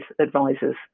advisors